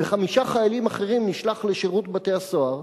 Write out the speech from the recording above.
וחמישה חיילים אחרים נשלח לשירות בתי-הסוהר,